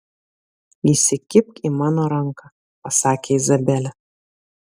įsikibk į mano ranką pasakė izabelė